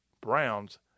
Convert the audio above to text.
Browns